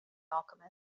alchemist